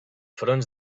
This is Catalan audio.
fronts